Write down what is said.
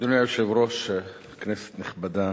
אדוני היושב-ראש, כנסת נכבדה,